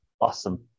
awesome